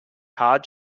hard